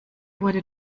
wurde